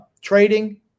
Trading